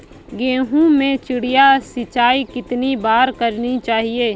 गेहूँ में चिड़िया सिंचाई कितनी बार करनी चाहिए?